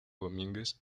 domínguez